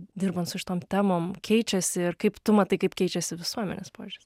dirbant su šitom temom keičiasi ir kaip tu matai kaip keičiasi visuomenės požiūris